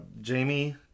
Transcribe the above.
Jamie